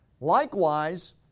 Likewise